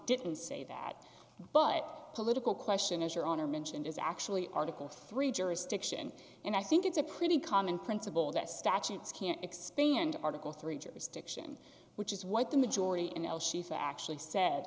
didn't say that but political question is your honor mentioned is actually article three jurisdiction and i think it's a pretty common principle that statutes can expand article three jurisdiction which is what the majority in l she's actually said